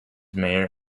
mayor